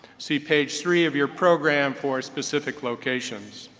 see page three of your program for specific locations.